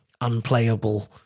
unplayable